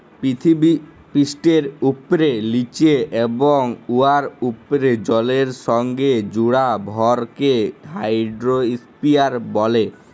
পিথিবীপিঠের উপ্রে, লিচে এবং উয়ার উপ্রে জলের সংগে জুড়া ভরকে হাইড্রইস্ফিয়ার ব্যলে